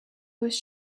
was